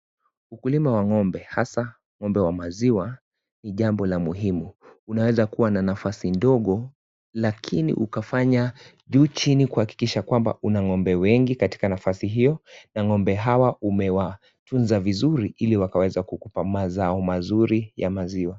Ukulima wa ng'ombe hasa ng'ombe wa maziwa ni jambo la muhimu unaweza kuwa na nafasi ndogo lakini ukafanya juu chini kuhakikisha kwamba una ng'ombe wengi katika nafasi hio, na ng'ombe hawa umewatunza vizuri ili wakaweza kukupa mazao mazuri ya maziwa.